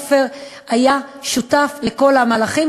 עופר היה שותף לכל המהלכים,